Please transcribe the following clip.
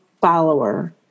follower